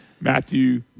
Matthew